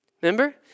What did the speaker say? Remember